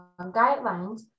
guidelines